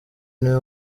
niwe